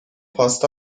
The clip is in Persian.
پاستا